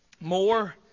more